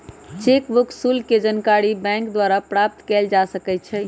cheque book शुल्क के जानकारी बैंक द्वारा प्राप्त कयल जा सकइ छइ